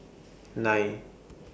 nine